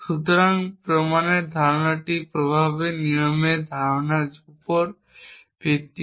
সুতরাং প্রমাণের ধারণাটি প্রভাবের নিয়মের ধারণার উপর ভিত্তি করে